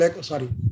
sorry